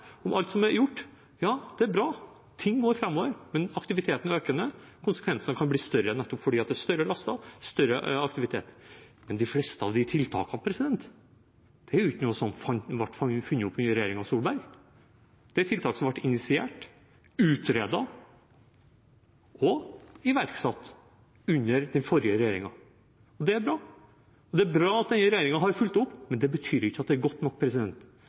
om tiltak, som statsråden kommer med her, om alt som er gjort – ja, det er bra. Ting går framover, men aktiviteten er økende. Konsekvensene kan bli større nettopp fordi det er større last, større aktivitet. Men de fleste av disse tiltakene er ikke noe som ble funnet på av regjeringen Solberg. Det er tiltak som har vært initiert, utredet og iverksatt under den forrige regjeringen. Det er bra. Det er bra at denne regjeringen har fulgt det opp, men det betyr ikke at det er godt nok.